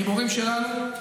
גיבורים שלנו,